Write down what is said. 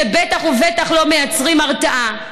שבטח ובטח לא מייצרים הרתעה.